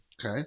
okay